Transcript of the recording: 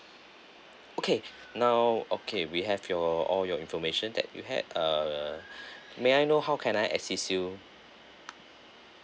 okay now okay we have your all your information that you had err may I know how can I assist you